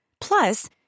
Plus